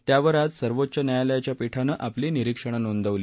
त्यावर आज सर्वोच्च न्यायालयाच्या पीठानं आपली निरिक्षणं नोंदवली